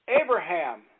Abraham